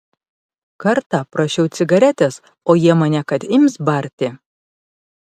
kartą prašiau cigaretės o jie mane kad ims barti